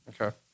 Okay